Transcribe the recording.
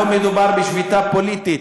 לא מדובר בשביתה פוליטית.